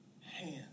hands